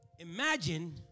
Imagine